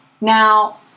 Now